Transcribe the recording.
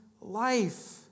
life